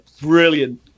brilliant